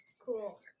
Cool